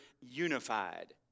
unified